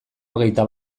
hogeita